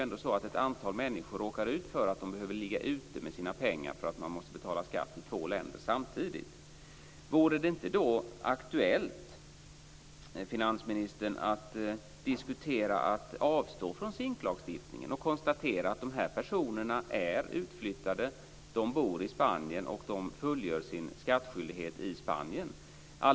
Ett antal människor råkar ju ut för att de måste ligga ute med sina pengar därför att de måste betala skatt i två länder samtidigt. Vore det inte då aktuellt att diskutera att avstå från SINK lagstiftningen och konstatera att dessa personer är utflyttade? De bor i Spanien och de fullgör sin skattskyldighet i Spanien.